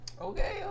Okay